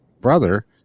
brother